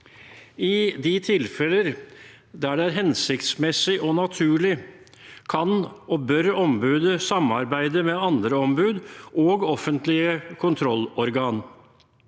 I de tilfeller der det er hensiktsmessig og naturlig, kan og bør ombudet samarbeide med andre ombud og offentlige kontrollorgan.